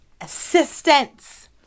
assistance